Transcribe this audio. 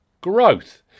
growth